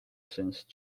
since